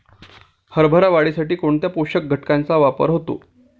हरभरा वाढीसाठी कोणत्या पोषक घटकांचे वापर होतो?